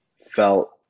felt